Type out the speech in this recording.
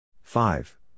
Five